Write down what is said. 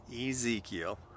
Ezekiel